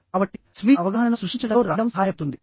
కాబట్టిఆ రకమైన స్వీయ అవగాహనను సృష్టించడంలో రాయడం సహాయపడుతుంది